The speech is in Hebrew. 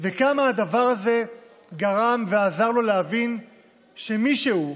וכמה הדבר הזה גרם ועזר לו להבין שמי שהוא,